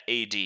AD